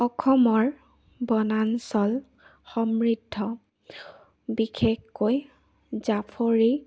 অসমৰ বনাঞ্চল সমৃদ্ধ বিশেষকৈ জাফৰি